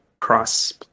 cross